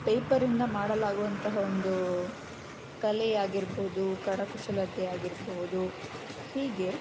ಪೇಪರಿಂದ ಮಾಡಲಾಗುವಂತಹ ಒಂದು ಕಲೆಯಾಗಿರ್ಬೋದು ಕರಕುಶಲತೆಯಾಗಿರಬಹುದು ಹೀಗೆ